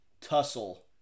tussle